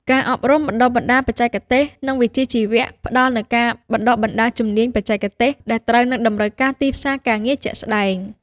ការអប់រំបណ្ដុះបណ្ដាលបច្ចេកទេស និងវិជ្ជាជីវៈ ផ្ដល់នូវការបណ្ដុះបណ្ដាលជំនាញបច្ចេកទេសដែលត្រូវនឹងតម្រូវការទីផ្សារការងារជាក់ស្ដែង។